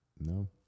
no